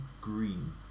green